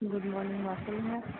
குட்மார்னிங்மா சொல்லுங்கள்